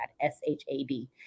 S-H-A-D